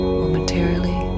momentarily